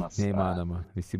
neįmanoma visi